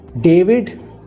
David